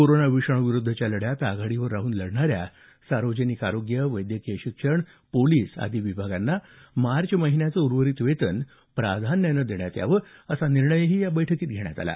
corona विषाणूविरुद्धच्या लढ्यात आघाडीवर राहून लढणाऱ्या सार्वजनिक आरोग्य वैद्यकीय शिक्षण पोलिस आदी विभागांना मार्च महिन्याचे उर्वरीत वेतन प्राधान्यानं देण्यात यावं असा निर्णयही या बैठकीत घेण्यात आला